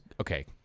Okay